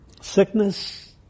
sickness